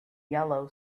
yellow